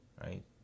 right